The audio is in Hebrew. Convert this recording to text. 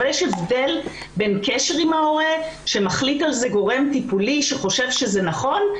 אבל יש הבדל בין קשר עם ההורה שמחליט על זה גורם טיפולי שחושב שזה נכון,